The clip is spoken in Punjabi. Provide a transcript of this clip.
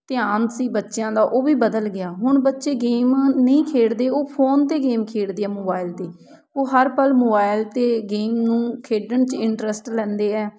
ਧਿਆਨ ਸੀ ਬੱਚਿਆਂ ਦਾ ਉਹ ਵੀ ਬਦਲ ਗਿਆ ਹੁਣ ਬੱਚੇ ਗੇਮ ਨਹੀਂ ਖੇਡਦੇ ਉਹ ਫ਼ੋਨ 'ਤੇ ਗੇਮ ਖੇਡਦੇ ਆ ਮੋਬਾਈਲ 'ਤੇ ਉਹ ਹਰ ਪਲ ਮੋਬਾਈਲ 'ਤੇ ਗੇਮ ਨੂੰ ਖੇਡਣ 'ਚ ਇੰਟਰਸਟ ਲੈਂਦੇ ਹੈ